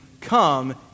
come